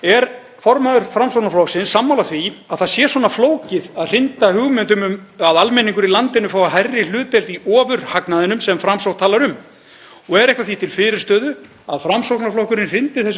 um? Er eitthvað því til fyrirstöðu að Framsóknarflokkurinn hrindi þessu þjóðþrifamáli í framkvæmd með stjórnarandstöðunni úr því að Sjálfstæðisflokkurinn ætlar að halda áfram nauðvörn sinni gegn þessu ágæta máli?